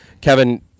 Kevin